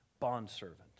bondservant